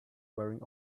wearing